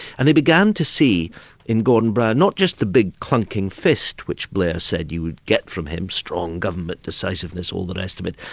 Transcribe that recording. and they began to see in gordon brown, not just the big clunking fist, which blair said you'd get from him, strong government, decisiveness', all the rest of it,